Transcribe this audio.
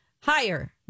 Higher